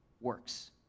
works